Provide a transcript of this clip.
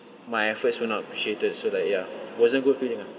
my efforts were not appreciated so like ya wasn't good feeling ah